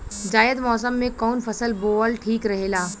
जायद मौसम में कउन फसल बोअल ठीक रहेला?